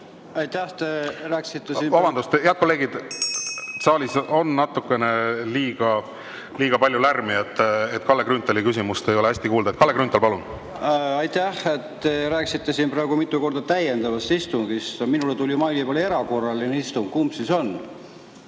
Aitäh! Te rääkisite siin praegu mitu korda täiendavast istungist. Minule tuli meili peale "erakorraline istung". Kumb siis on?